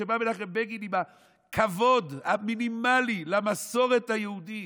כשבא מנחם בגין עם הכבוד המינימלי למסורת היהודית,